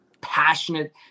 passionate